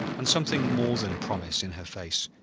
and something more than promise, in her face,